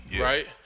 right